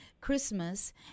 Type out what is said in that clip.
Christmas